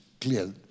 clear